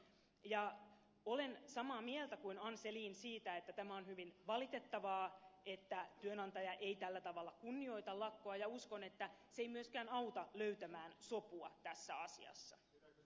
ja olen samaa mieltä kuin ann selin siitä että tämä on hyvin valitettavaa että työnantaja ei tällä tavalla kunnioita lakkoa ja uskon että se ei myöskään auta löytämään sopua tässä asiassa